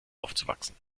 aufzuwachsen